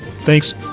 Thanks